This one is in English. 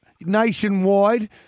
nationwide